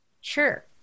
Sure